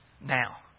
now